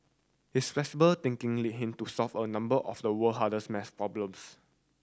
his flexible thinking lead him to solve a number of the world hardest maths problems